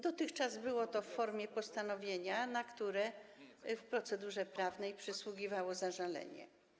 Dotychczas było to w formie postanowienia, na które w procedurze prawnej przysługiwało zażalenie.